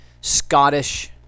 Scottish